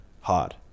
hard